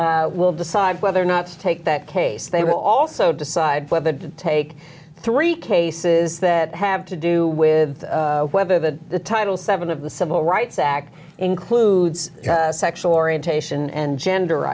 week will decide whether or not to take that case they will also decide whether to take three cases that have to do with whether the title seven of the civil rights act includes sexual orientation and gender